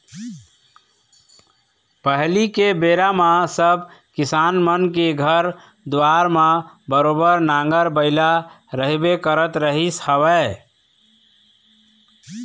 पहिली के बेरा म सब किसान मन के घर दुवार म बरोबर नांगर बइला रहिबे करत रहिस हवय